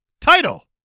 Title